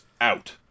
out